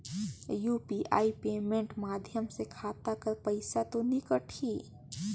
UPI payment माध्यम से खाता कर पइसा तो नी कटही?